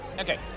Okay